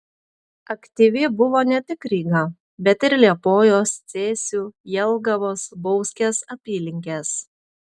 aktyvi buvo ne tik ryga bet ir liepojos cėsių jelgavos bauskės apylinkės